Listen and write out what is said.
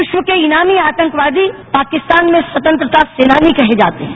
विश्व के इनामी आतंकवादी पाकिस्तान में स्वतंत्रता सेनानी कहे जाते हैं